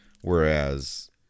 whereas